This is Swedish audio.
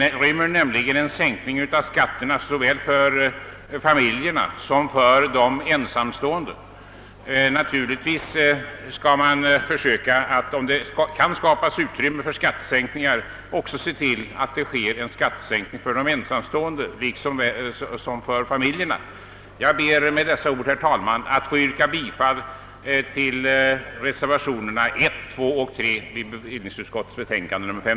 Den inrymmer nämligen förslag om en sänkning av skatterna såväl för familjer som för ensamstående. Om det kan skapas utrymme för skattesänkning, skall man naturligtvis också se till att det blir en skattesänkning för de ensamstående lika väl som för familjerna. Jag ber med dessa ord, herr talman,